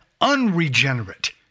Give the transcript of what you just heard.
unregenerate